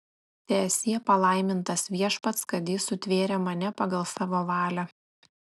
teesie palaimintas viešpats kad jis sutvėrė mane pagal savo valią